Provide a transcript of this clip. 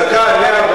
וחזקה עליה,